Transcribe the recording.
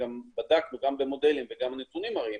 ובדקנו גם במודלים וגם הנתונים מראים,